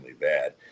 bad